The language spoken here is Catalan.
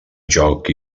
joc